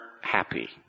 happy